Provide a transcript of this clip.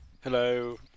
Hello